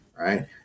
Right